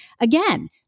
Again